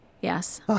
Yes